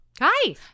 Hi